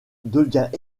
devient